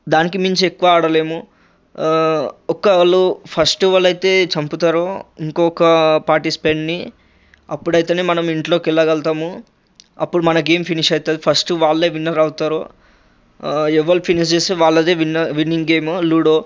దానికి మించి ఎక్కువ ఆడలేము ఒకరు ఫస్ట్ వాళ్ళు అయితే చంపుతారు ఇంకొక పార్టిసిపెంట్ని అప్పుడైతేనే మనం ఇంట్లోకి వెళ్ళ గలుగుతాము అప్పుడు మన గేమ్ ఫినిష్ అవుతుంది ఫస్ట్ వాళ్ళే విన్నర్ అవుతారు ఎవరు ఫినిష్ చేస్తే వాళ్ళదే విన్ విన్నింగ్ గేమ్ లూడో